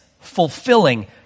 fulfilling